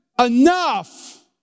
enough